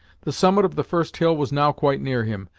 the summit of the first hill was now quite near him,